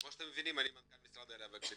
כמו שאתם מבינים אני מנכ"ל משרד העלייה והקליטה,